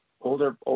Older